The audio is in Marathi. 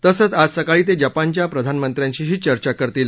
तसंच ज सकाळी ते जपानच्या प्रधानमंत्र्यांशीही चर्चा करतील